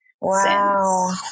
Wow